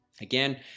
Again